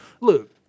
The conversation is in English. look